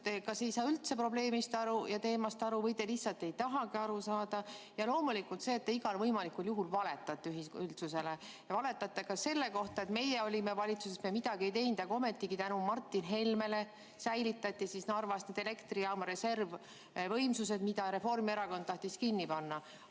te kas ei saa üldse probleemist ja teemast aru või te lihtsalt ei tahagi aru saada. Ja loomulikult te igal võimalikul juhul valetate üldsusele. Valetate ka selle kohta, et kui meie olime valitsuses, siis me midagi ei teinud. Ometi tänu Martin Helmele säilitati Narvas elektrijaama reservvõimsused, mida Reformierakond tahtis kinni panna.